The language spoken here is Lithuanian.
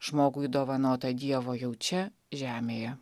žmogui dovanotą dievo jau čia žemėje